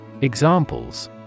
Examples